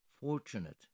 fortunate